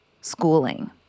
schooling